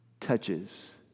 touches